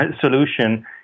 solution